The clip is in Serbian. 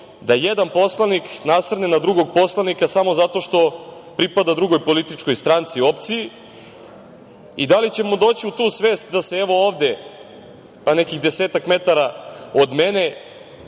da jedan poslanik nasrne na drugog poslanika samo zato što pripada drugoj političkoj stranci, opciji? I, da li ćemo doći u tu svest da se, evo, ovde, pa nekih desetak metara od mene,